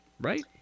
right